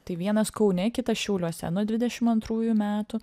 tai vienas kaune kitas šiauliuose nuo dvidešim antrųjų metų